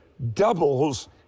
doubles